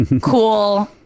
cool